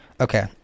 Okay